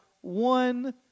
one